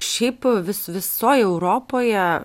šiaip vis visoj europoje